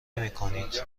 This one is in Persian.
نمیکنید